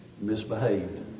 misbehaved